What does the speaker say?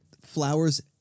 flowers